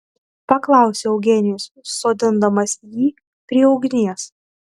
paklausė eugenijus sodindamas jį prie ugnies